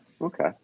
okay